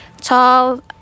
tall